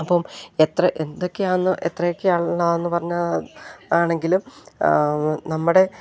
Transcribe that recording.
അപ്പം എത്ര എന്തൊക്കെയാണെന്ന് എത്രയൊക്കെയാണുള്ളതെന്നു പറഞ്ഞതാണെങ്കിലും നമ്മുടെ